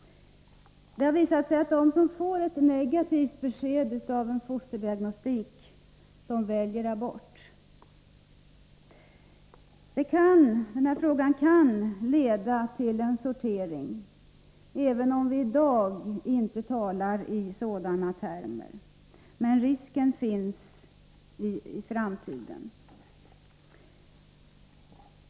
Det har visat sig att de som får ett negativt besked vid fosterdiagnostik väljer abort. Detta kan leda till en sortering, även om vi i dag inte talar i sådana termer — men risken finns i framtiden.